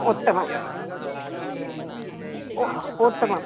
उत्तमम् उ उत्तमं